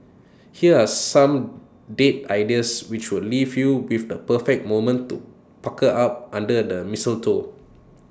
here are some date ideas which will leave you with the perfect moment to pucker up under the mistletoe